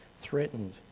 threatened